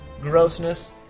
grossness